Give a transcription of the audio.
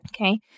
Okay